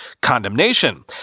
condemnation